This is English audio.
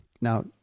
Now